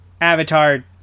avatar